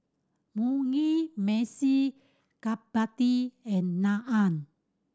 Mugi Meshi Chapati and Naan